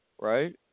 Right